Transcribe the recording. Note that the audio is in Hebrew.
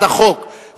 בקריאה שלישית.